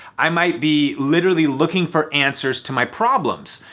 i might be literally looking for answers to my problems.